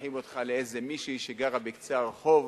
שולחים אותך לאיזה מישהי שגרה בקצה הרחוב,